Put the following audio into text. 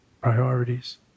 priorities